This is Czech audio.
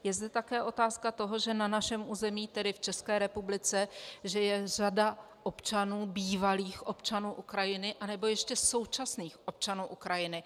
Je zde také otázka toho, že na našem území, tedy v České republice, je řada občanů, bývalých občanů Ukrajiny, anebo ještě současných občanů Ukrajiny.